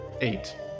eight